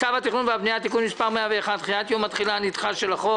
צו התכנון והבניה (תיקון מס' 101) (דחיית יום התחילה הנדחה של החוק),